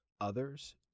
Others